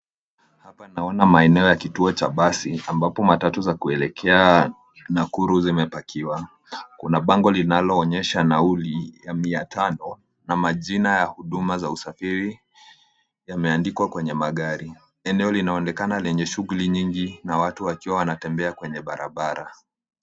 Tunaona maeneo ya kituo cha basi ambapo matatu za kulelekea Nakuru zimepakiwa. Kuna bango linaloonyesha nauli ya mia tano na majina ya huduma za usafiri yameandikwa kwenye magari. Eneo linaonekana lenye shughuli nyingi na watu wakiwa wanatembea kwenye barabara.